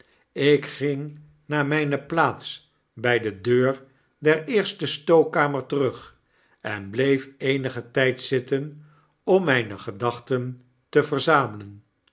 ik ging naar mijne plaats by de deur der eerste stookkamer terug en bleef eenigen tyd zitten om myne gedachten te verzamelen